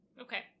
Okay